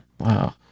wow